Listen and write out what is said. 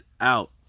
out